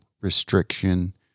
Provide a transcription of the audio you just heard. restriction